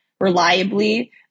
reliably